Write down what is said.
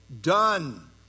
Done